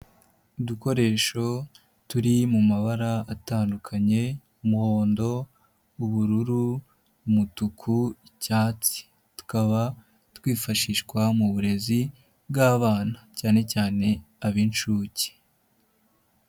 Udukoresho turi mu mabara atandukanye, umuhondo ,ubururu, umutuku ,icyatsi ,tukaba twifashishwa mu burezi bw'abana, cyane cyane ab'inshuke.